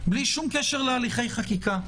בלי שום קשר להליכי חקיקה,